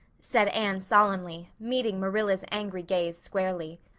said anne solemnly, meeting marilla's angry gaze squarely.